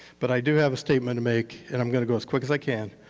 but i do have a statement to make, and i'm going to go as quick as i can.